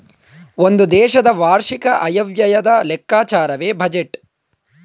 ಒಂದು ದೇಶದ ವಾರ್ಷಿಕ ಆಯವ್ಯಯದ ಲೆಕ್ಕಾಚಾರವೇ ಬಜೆಟ್